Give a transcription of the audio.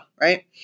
Right